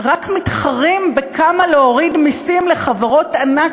רק מתחרים בכמה להוריד מסים לחברות ענק